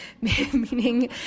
meaning